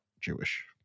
jewish